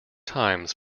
times